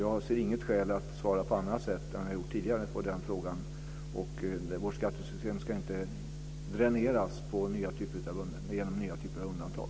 Jag ser inget skäl till att svara på annat sätt än vad jag har gjort tidigare på den frågan. Vårt skattesystem ska inte dräneras genom nya typer av undantag.